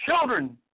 children